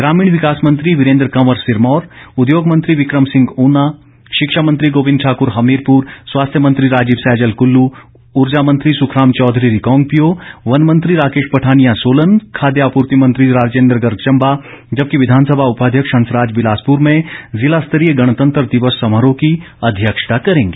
ग्रामीण विकास मंत्री वीरेंद्र कंवर सिरमौर उद्योग मंत्री विकम सिंह ऊना शिक्षा मंत्री गोविंद ठाकुर हमीरपुर स्वास्थ्य मंत्री राजीव सैजल कुल्लू ऊर्जा मंत्री सुखराम चौधरी रिकांगपिओ वन मंत्री राकेश पठानिया सोलन खाद्य आपूर्ति मंत्री राजेन्द्र गर्ग चंबा जबकि विधानसभा उपाध्यक्ष हंसराज बिलासपुर में जिला स्तरीय गणतंत्र दिवस समारोह की अध्यक्षता करेंगे